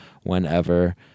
whenever